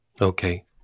Okay